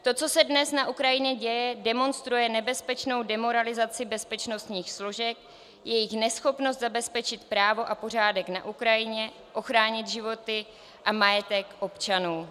To, co se dnes na Ukrajině děje, demonstruje nebezpečnou demoralizaci bezpečnostních složek, jejich neschopnost zabezpečit právo a pořádek na Ukrajině, ochránit životy a majetek občanů.